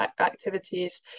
activities